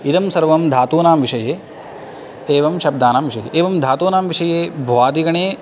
इदं सर्वं धातूनां विषये एवं शब्दानां विषये एवं धातूनां विषये भ्वादिगणे